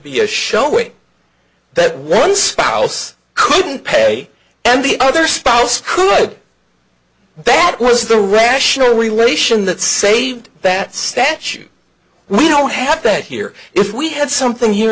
be a showing that once house couldn't pay and the other spouse could that was the rational relation that saved that statute we don't have that here if we had something here